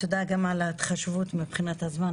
תודה גם על ההתחשבות מבחינת הזמן,